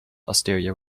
osteria